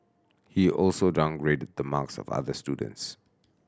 he also downgraded the marks of other students